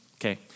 okay